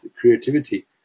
creativity